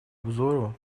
обзору